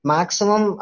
Maximum